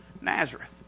Nazareth